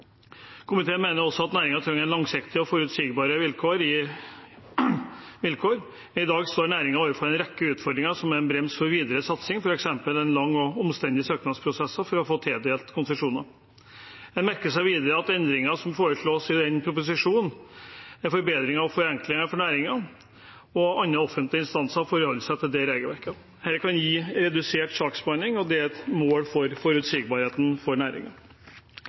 Komiteen mener også at næringen trenger langsiktige og forutsigbare vilkår. I dag står næringen overfor en rekke utfordringer som er en brems for videre satsing, f.eks. lange og omstendelige søknadsprosesser for å få tildelt konsesjoner. En merker seg videre at målet med endringene som foreslås i denne proposisjonen, er forbedringer og forenklinger for næringen, DMF og andre offentlige instanser som forholder seg til dette regelverket. Dette kan gi redusert saksbehandlingstid, og det er et mål for å øke forutsigbarheten for